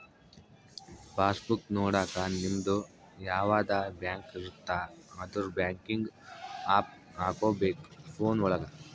pass book ನೊಡಕ ನಿಮ್ಡು ಯಾವದ ಬ್ಯಾಂಕ್ ಇರುತ್ತ ಅದುರ್ ಬ್ಯಾಂಕಿಂಗ್ ಆಪ್ ಹಕೋಬೇಕ್ ಫೋನ್ ಒಳಗ